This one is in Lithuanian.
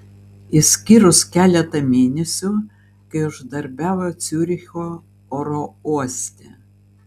išskyrus keletą mėnesių kai uždarbiavo ciuricho oro uoste